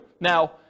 Now